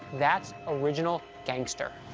that's original gangster.